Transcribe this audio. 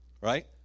Right